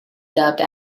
dubbed